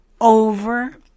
over